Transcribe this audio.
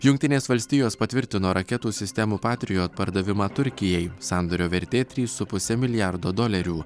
jungtinės valstijos patvirtino raketų sistemų patrijot pardavimą turkijai sandorio vertė trys su puse milijardo dolerių